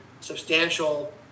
substantial